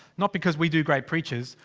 not because we do great preaches.